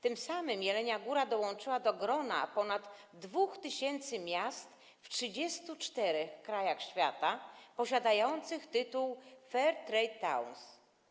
Tym samym Jelenia Góra dołączyła do grona ponad 2 tys. miast w 34 krajach świata posiadających tytuł Fair Trade Towns.